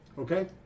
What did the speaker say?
Okay